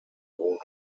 wohnung